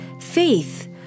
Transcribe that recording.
faith